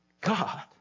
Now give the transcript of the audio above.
God